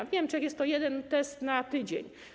W Niemczech jest to jeden test na tydzień.